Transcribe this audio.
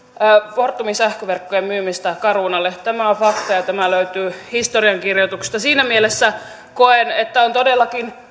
fortumin sähköverkkojen myymistä carunalle tämä on fakta ja ja tämä löytyy historiankirjoituksesta siinä mielessä koen että on todellakin